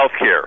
healthcare